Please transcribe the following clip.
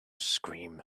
scream